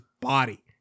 body